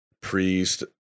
priest